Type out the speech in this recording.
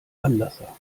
anlasser